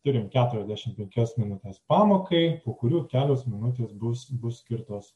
turim keturiasdešimt penkias minutes pamokai kurių kelios minutės bus bus skirtos